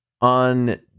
on